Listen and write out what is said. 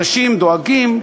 אנשים דואגים,